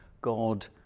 god